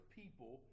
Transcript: people